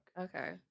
Okay